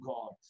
God